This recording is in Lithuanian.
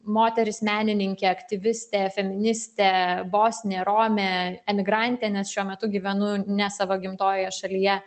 moteris menininkė aktyvistė feministe bosnė romė emigrantė nes šiuo metu gyvenu ne savo gimtojoje šalyje